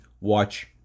watch